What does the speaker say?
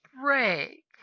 break